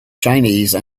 chinese